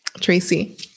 Tracy